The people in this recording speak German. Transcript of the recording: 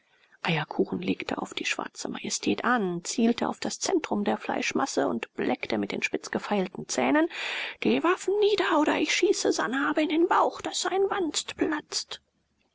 eierkuchen legte auf die schwarze majestät an zielte auf das zentrum der fleischmasse und bleckte mit den spitz gefeilten zähnen die waffen nieder oder ich schieße sanhabe in den bauch daß sein wanst platzt